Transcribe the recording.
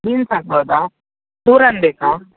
beans ಆಗ್ಬೋದಾ ಬೇಕಾ